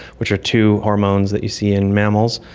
which are two hormones that you see in mammals,